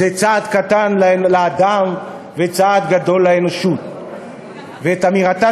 "זה צעד קטן לאדם וצעד גדול לאנושות"; ואת אמירתה